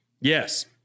yes